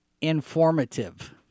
Informative